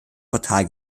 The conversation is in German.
portal